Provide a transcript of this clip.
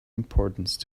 importance